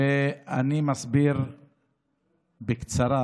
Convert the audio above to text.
ואני מסביר בקצרה